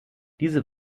diese